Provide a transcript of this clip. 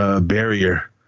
Barrier